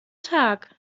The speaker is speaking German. tag